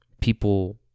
people